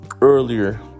earlier